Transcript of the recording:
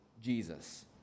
Jesus